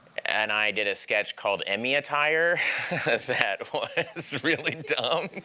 and i did a sketch called emmy attire that was really dumb